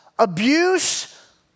Abuse